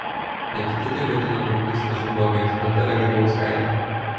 ne kiti tai vadino draugyste su ubagais bet dalia grybauskaitė